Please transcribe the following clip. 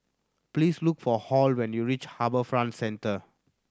please look for Hall when you reach HarbourFront Centre